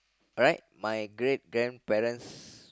alright my great grandparents